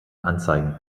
anzeigen